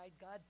God